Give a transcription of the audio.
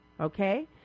Okay